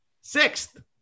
Sixth